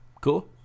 Cool